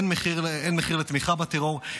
אין מחיר לתמיכה בטרור,